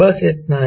बस इतना ही